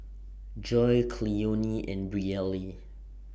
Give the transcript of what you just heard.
Joi Cleone and Brielle